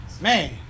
man